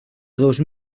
dos